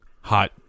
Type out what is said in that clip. hot